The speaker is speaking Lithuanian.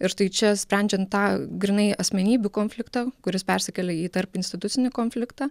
ir štai čia sprendžiant tą grynai asmenybių konfliktą kuris persikelia į tarp institucinį konfliktą